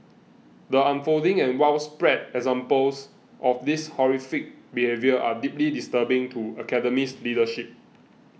the unfolding and widespread examples of this horrific behaviour are deeply disturbing to Academy's leadership